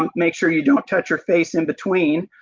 um make sure you don't touch her face in between.